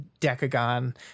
decagon